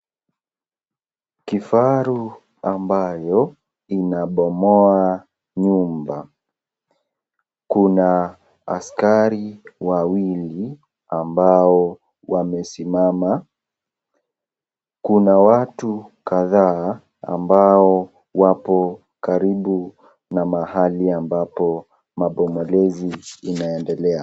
Kifaru ambayo inabomoa nyumba. Kuna askari wawili ambao wamesimama. Kuna watu kadhaa ambao wapo karibu na mahali ambapo mabomolezi inaendelea.